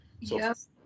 Yes